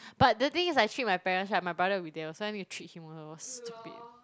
but the thing is I treat my parents right my brother will be there so I need to treat him also stupid